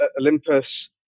Olympus